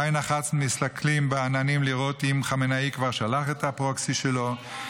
בעין אחת הם מסתכלים בעננים לראות אם חמינאי כבר שלח את הפרוקסי שלו,